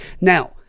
Now